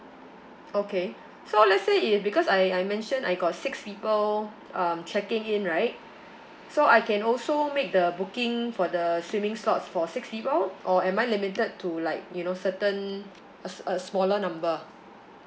okay so let's say if because I I mentioned I got six people um checking in right so I can also make the booking for the swimming slots for six people or am I limited to like you know certain a a smaller number